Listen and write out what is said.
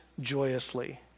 joyously